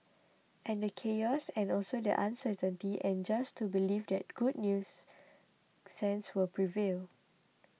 and the chaos and also the uncertainty and just to believe that good news sense will prevail